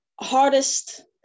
hardest